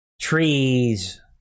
trees